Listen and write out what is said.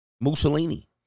Mussolini